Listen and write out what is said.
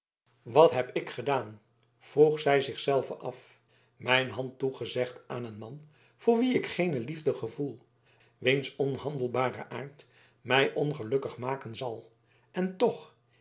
wat heb ik gedaan vroeg zij zich zelve af mijn hand toegezegd aan een man voor wien ik geene liefde gevoel wiens onhandelbare aard mij ongelukkig maken zal en toch